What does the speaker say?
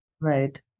Right